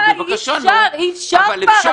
אולי אם תקשיבי, תשתכנעי.